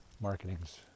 marketing's